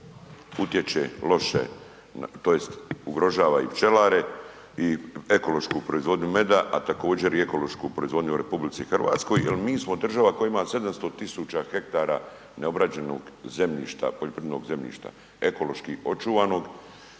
utječe loše tj. ugrožava i pčelare i ekološku proizvodnju meda, a također i ekološku proizvodnju u RH jer mi smo država koja ima 700.000 hektara neobrađenog zemljišta, poljoprivrednog zemljišta ekološki očuvanog.